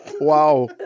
wow